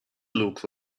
look